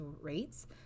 rates